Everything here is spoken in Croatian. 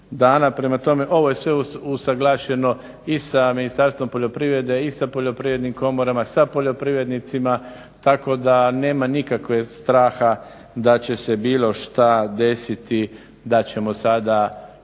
Prema tome ovo je sve usuglašeno i sa Ministarstvom poljoprivrede i sa poljoprivrednim komorama, sa poljoprivrednicima tako da nema nikakvog straha da će se bilo što desiti da ćemo sada vaučerima